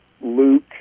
Luke